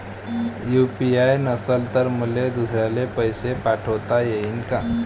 UPI नसल तर मले दुसऱ्याले पैसे पाठोता येईन का?